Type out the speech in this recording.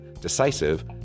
decisive